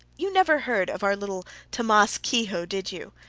you never heard of our little tammas kehoe, did you?